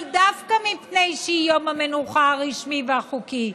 אבל דווקא מפני שהיא יום המנוחה הרשמי והחוקי,